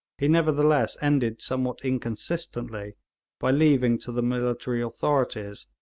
he nevertheless ended somewhat inconsistently by leaving to the military authorities,